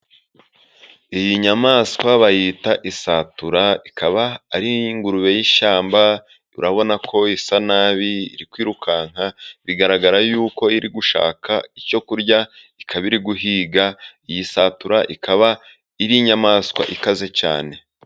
Iyi nyamaswa bayita isatura, ikaba ari ingurube y'ishyamba, urabona ko isa naho iri kwirukanka, bigaragara yuko iri gushaka icyo kurya, ikaba iri guhiga. Iyi satura ikaba ari inyamaswa ikaze cyane.